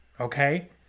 Okay